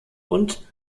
und